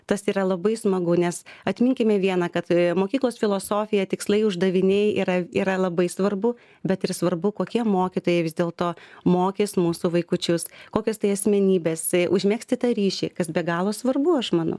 tas yra labai smagu nes atminkime vieną kad mokyklos filosofija tikslai uždaviniai yra yra labai svarbu bet ir svarbu kokie mokytojai vis dėlto mokys mūsų vaikučius kokios tai asmenybės užmegsti tą ryšį kas be galo svarbu aš manau